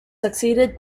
succeeded